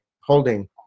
holding